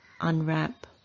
unwrap